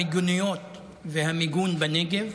המיגוניות והמיגון בנגב,